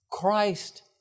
Christ